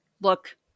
look